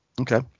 Okay